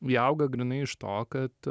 jie auga grynai iš to kad